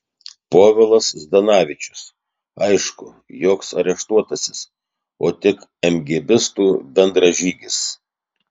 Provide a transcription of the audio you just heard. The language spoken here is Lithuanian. povilas zdanavičius aišku joks areštuotasis o tik emgėbistų bendražygis